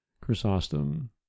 Chrysostom